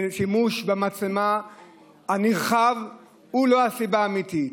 והשימוש הנרחב במצלמה הוא לא הסיבה האמיתית.